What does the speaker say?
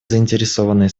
заинтересованные